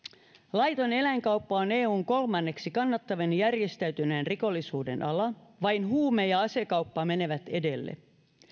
laiton eläinkauppa on eun kolmanneksi kannattavin järjestäytyneen rikollisuuden ala vain huume ja asekauppa menevät edelle